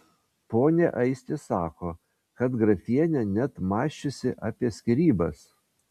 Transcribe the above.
ponia aistė sako kad grafienė net mąsčiusi apie skyrybas